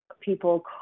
people